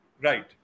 Right